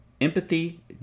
empathy